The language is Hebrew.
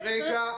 בבקשה.